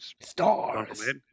Stars